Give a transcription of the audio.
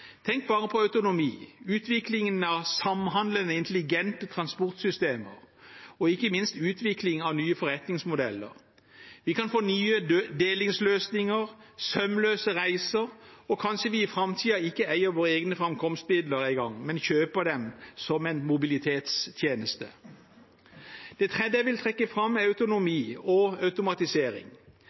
Tenk bare på autonomi, utvikling av samhandlende intelligente transportsystemer og ikke minst utvikling av nye forretningsmodeller. Vi kan få nye delingsløsninger, sømløse reiser, og kanskje vi i framtiden ikke eier våre egne framkomstmidler engang, men kjøper dem som en mobilitetstjeneste. Det tredje jeg vil trekke fram, er autonomi og automatisering.